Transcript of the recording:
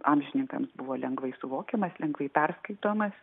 amžininkams buvo lengvai suvokiamas lengvai perskaitomas